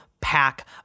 pack